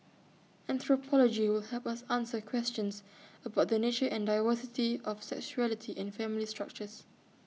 anthropology will help us answer questions about the nature and diversity of sexuality and family structures